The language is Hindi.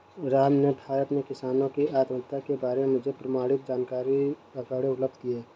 राम ने भारत में किसानों की आत्महत्या के बारे में मुझे प्रमाणित जानकारी एवं आंकड़े उपलब्ध किये